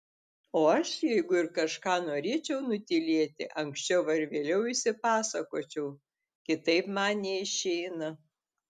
o aš jeigu ir kažką norėčiau nutylėti anksčiau ar vėliau išsipasakočiau kitaip man neišeina